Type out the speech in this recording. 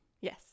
Yes